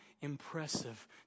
impressive